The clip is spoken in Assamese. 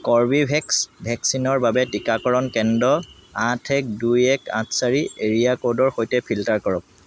কৰ্বীভেক্স ভেকচিনৰ বাবে টীকাকৰণ কেন্দ্ৰ আঠ এক দুই এক আঠ চাৰি এৰিয়া ক'ডৰ সৈতে ফিল্টাৰ কৰক